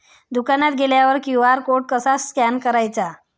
दुकानात गेल्यावर QR code कसा स्कॅन करायचा?